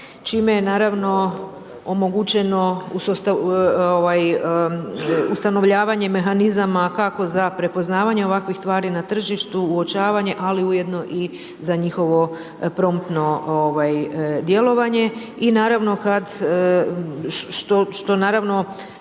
čime je naravno omogućeno ustanovljavanje mehanizama kako za prepoznavanje ovakvih tvari na tržištu, uočavanje, ali ujedno za njihovo promptno djelovanje i naravno što naravno